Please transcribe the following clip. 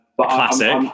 Classic